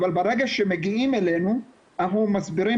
אבל ברגע שמגיעים אלינו אנחנו מסבירים